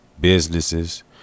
businesses